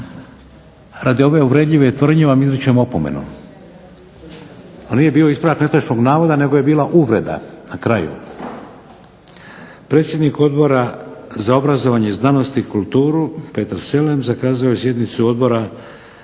Radi ove uvredljive tvrdnje vam izričem opomenu. To nije bio ispravak netočnog navoda nego je bila uvreda na kraju. Predsjednik Odbora za obrazovanje, znanost i kulturu Petar SElem zakazao je sjednicu Odbora